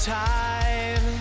time